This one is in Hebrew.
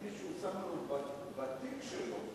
ומישהו שם לו בתיק שלו,